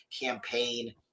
campaign